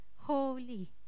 Holy